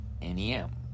NEM